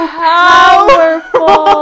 powerful